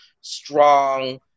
Strong